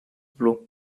blue